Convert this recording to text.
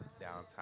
downtown